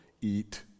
eat